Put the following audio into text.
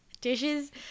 dishes